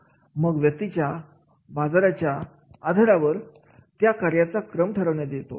मग व्यक्तीच्या बाजाराच्या आधारावर त्या कार्याचा क्रम ठरवण्यात येतो